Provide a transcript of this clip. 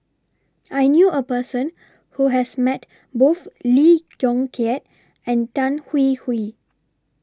I knew A Person Who has Met Both Lee Yong Kiat and Tan Hwee Hwee